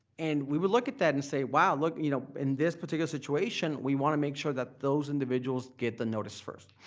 and we would look at that and say, wow, you know in this particular situation, we wanna make sure that those individuals get the notice first.